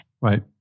Right